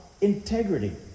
integrity